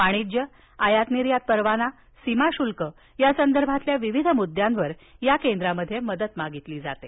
वाणिज्य आयात निर्यात परवाना सीमाशुल्क या संदर्भातल्या विविध मुद्द्यांवर या केंद्रात मदत मागितली जाते